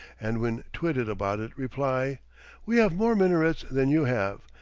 and when twitted about it, reply we have more minarets than you have,